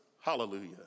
Hallelujah